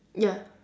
ya